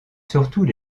surtout